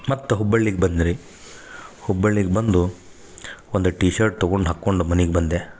ಮತ್ತು ಹುಬ್ಬಳ್ಳಿಗೆ ಬಂದ್ನೇ ರೀ ಹುಬ್ಬಳ್ಳಿಗೆ ಬಂದು ಒಂದ ಟೀಶರ್ಟ್ ತಗೊಂಡು ಹಾಕೊಂಡು ಮನಿಗೆ ಬಂದ್ಯಾ